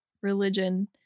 religion